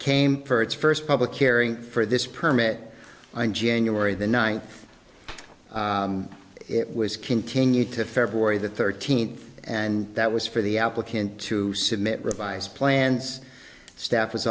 came for its first public airing for this permit on january the ninth it was continued to february the thirteenth and that was for the applicant to submit revised plans staff was